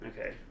Okay